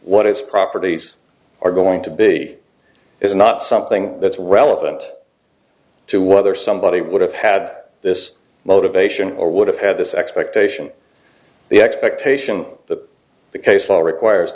what its properties are going to be is not something that's relevant to whether somebody would have had this motivation or would have had this expectation the expectation that the case law requires